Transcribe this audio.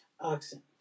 oxen